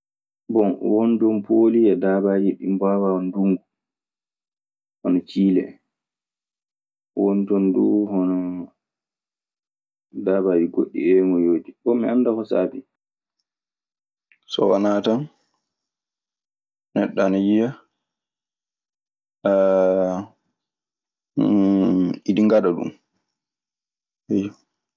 Bon, won ton pooli e daabaaji ɗi mbaawaa ndundu hono ciile en. Won ton duu dabaaji goɗɗi ƴeengoyooji. Bon mi anndaa ko saabii. So wanaa tan neɗɗo ana yiya Ɓ iɗi ngaɗa ɗun.